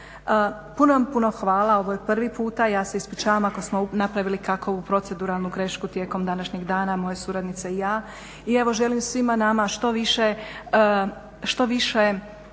Puno vam puno hvala, ovo je prvi puta, ja se ispričavam ako smo napravili kakvu proceduralnu grešku tijekom današnjeg dana moje suradnice i ja i evo želim svima nama što više